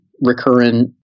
recurrent